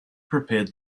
prepared